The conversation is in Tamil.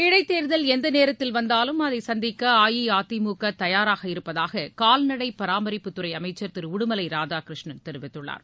இடைத்தேர்தல் எந்த நேரத்தில் வந்தாலும் அதை சந்திக்க அஇஅதிமுக தயாராக இருப்பதாக கால்நடை பராமரிப்புத்துறை அமைச்சர் திரு உடுமலை ராதாகிருஷ்ணன் தெரிவித்துள்ளார்